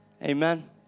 amen